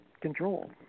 control